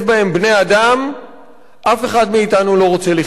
בני-אדם אף אחד מאתנו לא רוצה לחיות.